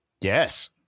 yes